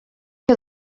que